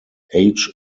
age